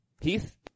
Heath